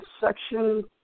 Section